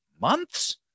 months